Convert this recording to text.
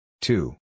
Two